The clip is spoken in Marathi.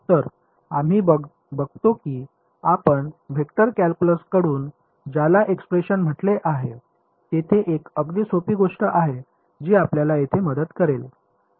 तर आम्ही बघतो की आपण वेक्टर कॅल्क्युलस कडून ज्याला एक्सप्रेशन म्हटले आहे तेथे एक अगदी सोपी गोष्ट आहे जी आपल्याला तेथे मदत करेल